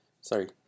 sorry